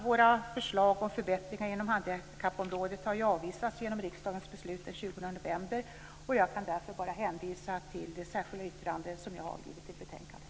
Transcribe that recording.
Våra förslag om förbättringar inom handikappområdet har ju avvisats genom riksdagens beslut den 20 november, och jag kan därför bara hänvisa till det särskilda yttrande som jag har lämnat till betänkandet.